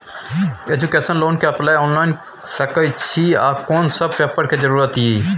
Education loan के apply online के सके छिए आ कोन सब पेपर के जरूरत इ?